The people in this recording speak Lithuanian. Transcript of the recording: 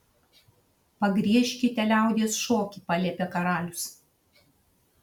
pagriežkite liaudies šokį paliepė karalius